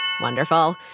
Wonderful